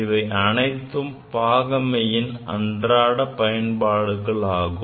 இவை அனைத்தும் பாகமையின் அன்றாடப் பயன்பாடுகள் ஆகும்